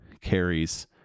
carries